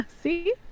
See